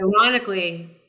ironically